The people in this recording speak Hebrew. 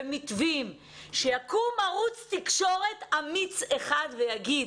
שיקום ערוץ תקשורת אמיץ אחד ויגיד,